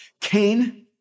Cain